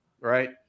right